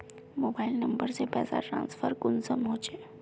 Mobile number से पैसा transfer कुंसम होचे?